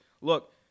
Look